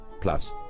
Plus